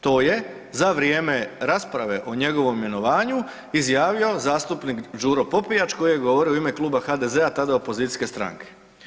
To je za vrijeme rasprave o njegovom imenovanju izjavio zastupnik Đuro Popijač koji je govorio u ime Kluba HDZ-a, tada opozicijske stranke.